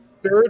Third